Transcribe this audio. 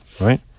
Right